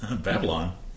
Babylon